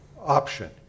option